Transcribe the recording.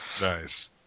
Nice